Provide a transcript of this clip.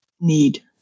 need